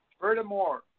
Furthermore